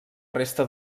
resta